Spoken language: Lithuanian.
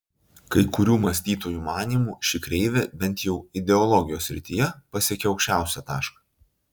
kai kurių mąstytojų manymu ši kreivė bent jau ideologijos srityje pasiekė aukščiausią tašką